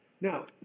Now